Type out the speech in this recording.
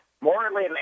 morally